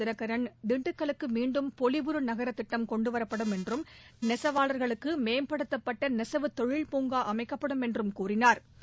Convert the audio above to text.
தினகரன் திண்டுக்கல்லுக்கு மீண்டும் பொலிவுறு நகர திட்டம் கொண்டுவரப்படும் என்றும் நெசவாளா்களுக்கு மேம்படுத்தப்பட்ட நெசவுத்தொழில் பூங்கா அமைக்கப்படும் என்றும் கூறினாா்